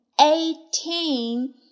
eighteen